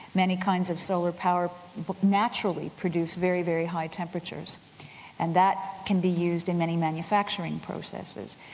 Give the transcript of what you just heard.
many kinds of solar power naturally produce very very high temperatures and that can be used in many manufacturing processes.